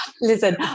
Listen